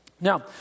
Now